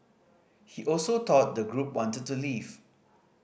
he also thought the group wanted to leave